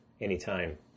anytime